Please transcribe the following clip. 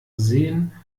sehen